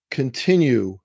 continue